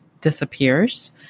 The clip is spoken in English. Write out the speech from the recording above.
disappears